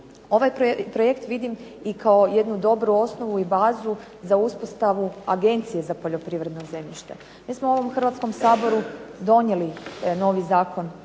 Ovaj projekt vidim i kao jednu dobru osnovu i bazu za uspostavu Agencije za poljoprivredno zemljište. Mi smo u ovom Hrvatskom saboru donijeli novi Zakon